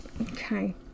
Okay